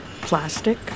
plastic